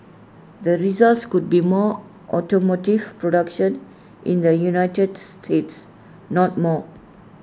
the results could be more automotive production in the united states not more